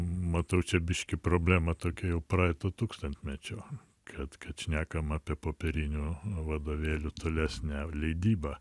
matau čia biškį problemą tokią jau praeito tūkstantmečio kad kad šnekama apie popierinių vadovėlių tolesnę leidybą